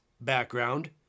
background